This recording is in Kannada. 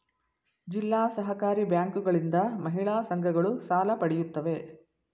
ಜಿಲ್ಲಾ ಸಹಕಾರಿ ಬ್ಯಾಂಕುಗಳಿಂದ ಮಹಿಳಾ ಸಂಘಗಳು ಸಾಲ ಪಡೆಯುತ್ತವೆ